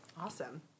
awesome